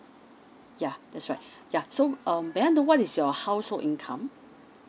ya that's right ya so um may I know what is your household income